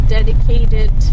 dedicated